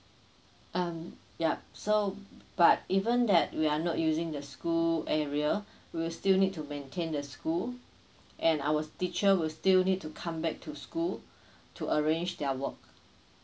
um yup so but even that we are not using the school area we will still need to maintain the school and our teacher will still need to come back to school to arrange their work